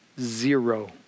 zero